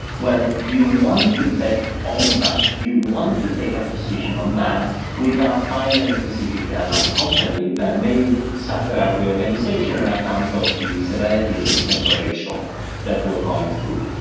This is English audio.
well, you want to bet on that, you want to take a position on that without buying and a specific airline company that may suffer a reorganization on account of the severity of this temporary shock that we're going through.